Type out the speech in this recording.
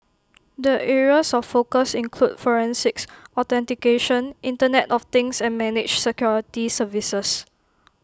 the areas of focus include forensics authentication Internet of things and managed security services